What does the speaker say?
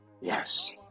Yes